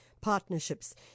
partnerships